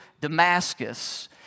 Damascus